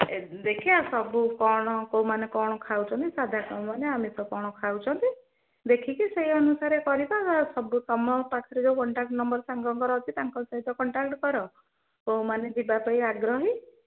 ଦେଖିବା ସବୁ କ'ଣ କୋଉମାନେ କ'ଣ ଖାଉଛନ୍ତି ସାଧା କୋଉ ମାନେ ଆମିଷ କ'ଣ ଖାଉଛନ୍ତି ଦେଖିକି ସେଇ ଅନୁସାରେ କରିବା ସବୁ ତମ ପାଖରେ ଯୋଉ କଣ୍ଟାକ୍ଟ ନମ୍ବର୍ ସାଙ୍ଗଙ୍କର ଅଛି ତାଙ୍କ ସହିତ କଣ୍ଟାକ୍ଟ କର କୋଉମାନେ ଯିବାପାଇଁ ଆଗ୍ରହୀ